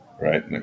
right